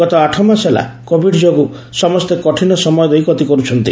ଗତ ଆଠମାସ ହେଲା କୋଭିଡ ଯୋଗୁଁ ସମସେ କଠିନ ସମୟ ଦେଇ ଗତି କରୁଛନ୍ତି